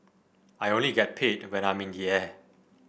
I only get paid when I'm in the air